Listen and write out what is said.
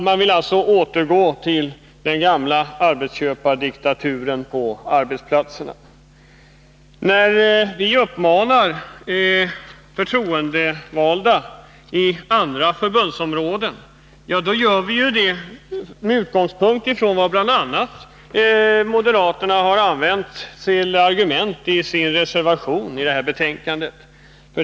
Man vill alltså återgå till den gamla arbetsköpardiktaturen på arbetsplatserna. När vi uppmanar förtroendevalda inom andra förbundsområden gör vi det med utgångspunkt i det som bl.a. moderaterna har använt som argument i sin reservation i detta betänkande.